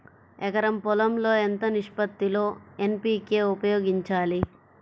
ఎకరం పొలం లో ఎంత నిష్పత్తి లో ఎన్.పీ.కే ఉపయోగించాలి?